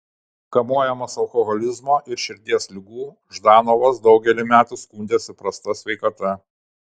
kamuojamas alkoholizmo ir širdies ligų ždanovas daugelį metų skundėsi prasta sveikata